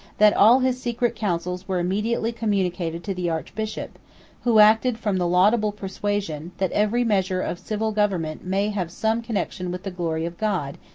that all his secret counsels were immediately communicated to the archbishop who acted from the laudable persuasion, that every measure of civil government may have some connection with the glory of god,